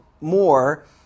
more